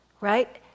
right